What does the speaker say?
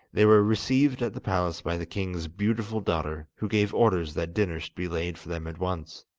they were received at the palace by the king's beautiful daughter, who gave orders that dinner should be laid for them at once.